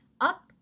up